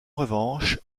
revanche